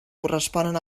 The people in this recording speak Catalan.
corresponen